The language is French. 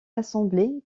assemblée